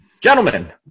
Gentlemen